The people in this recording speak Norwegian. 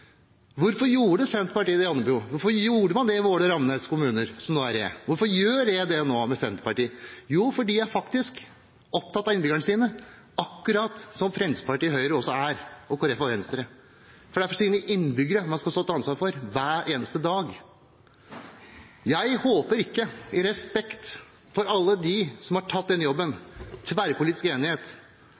Hvorfor gjorde Senterpartiet dette i Andebu? Hvorfor gjorde man det i Våle og Ramnes kommuner, som nå er Re? Hvorfor gjør Re det nå, med Senterpartiet? Jo, det er fordi de er opptatt av innbyggerne sine, akkurat som Fremskrittspartiet, Høyre, Kristelig Folkeparti og Venstre også er – for det er overfor sine innbyggere man skal stå til ansvar hver eneste dag. Jeg håper ikke – i respekt for alle dem som har tatt denne jobben, fått til tverrpolitisk enighet,